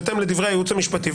בהתאם לדברי הייעוץ המשפטי.